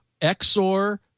XOR